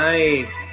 Nice